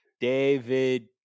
David